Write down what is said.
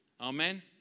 Amen